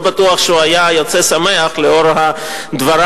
לא בטוח שהוא היה יוצא שמח לאור דבריו